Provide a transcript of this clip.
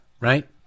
right